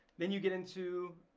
then you get into,